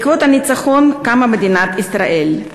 בעקבות הניצחון קמה מדינת ישראל.